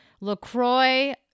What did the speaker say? LaCroix